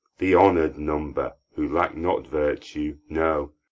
the honour'd number, who lack not virtue, no,